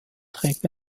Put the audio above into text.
trägt